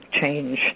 change